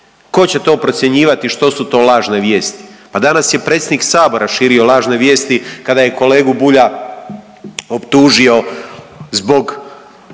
Tko će to procjenjivati što su to lažne vijesti? Pa danas je predsjednik Sabora širio lažne vijesti kada je kolegu Bulja optužio zbog